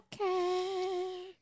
Okay